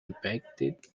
impacted